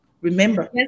Remember